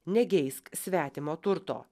negeisk svetimo turto